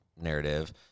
narrative